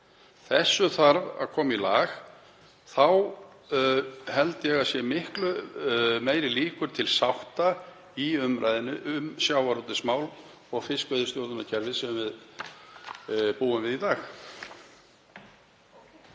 Þessu þarf að koma í lag. Þá held ég að miklu meiri líkur séu til sátta í umræðunni um sjávarútvegsmál og fiskveiðistjórnarkerfið sem við búum við í dag.